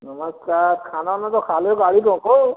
नमस्कार खाना वाना तो खा लें गाड़ी रोको